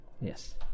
Yes